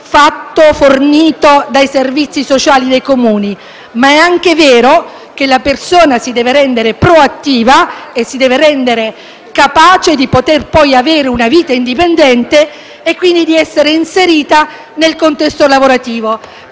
aiuto fornito dai servizi sociali dei Comuni, ma è anche vero, dall'altra parte, che la persona si deve rendere proattiva e capace di poter poi avere una vita indipendente e quindi di essere inserita nel contesto lavorativo.